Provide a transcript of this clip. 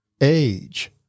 age